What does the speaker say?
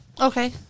Okay